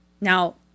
Now